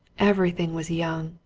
everything was young.